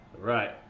Right